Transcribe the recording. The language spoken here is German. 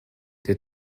der